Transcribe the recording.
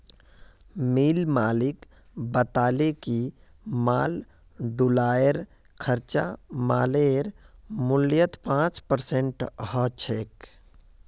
मिल मालिक बताले कि माल ढुलाईर खर्चा मालेर मूल्यत पाँच परसेंट ह छेक